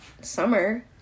summer